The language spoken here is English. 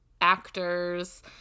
actors